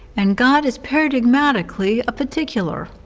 and god is paradigmatically a particular.